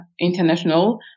international